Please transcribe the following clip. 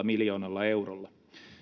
miljoonalla eurolla